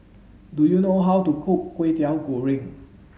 do you know how to cook Kway Teow Goreng